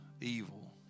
evil